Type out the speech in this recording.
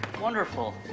Wonderful